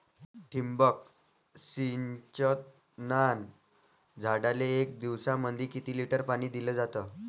ठिबक सिंचनानं झाडाले एक दिवसामंदी किती लिटर पाणी दिलं जातं?